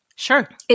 Sure